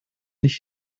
nicht